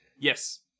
Yes